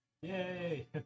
Yay